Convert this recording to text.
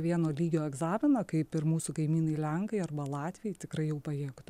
vieno lygio egzaminą kaip ir mūsų kaimynai lenkai arba latviai tikrai jau pajėgtų